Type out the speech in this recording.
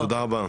תודה רבה,